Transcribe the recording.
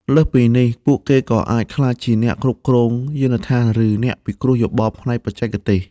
លើសពីនេះ ពួកគេក៏អាចក្លាយជាអ្នកគ្រប់គ្រងយានដ្ឋានឬអ្នកពិគ្រោះយោបល់ផ្នែកបច្ចេកទេស។